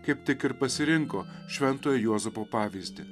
kaip tik ir pasirinko šventojo juozapo pavyzdį